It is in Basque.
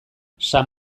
san